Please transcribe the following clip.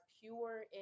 pure